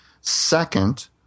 Second